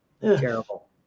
terrible